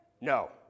no